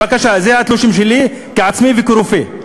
בבקשה, אלה התלושים שלי כעצמאי וכרופא.